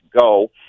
go